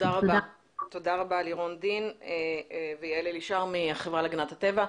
תודה רבה לירון דין ויעל אלישר מהחברה להגנת הטבע.